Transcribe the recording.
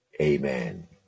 Amen